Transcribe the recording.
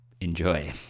enjoy